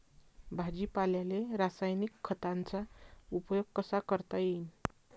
भाजीपाल्याले रासायनिक खतांचा उपयोग कसा करता येईन?